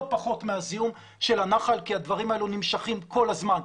פחות מהזיהום של הנחל כי הדברים האלה נמשכים כל הזמן.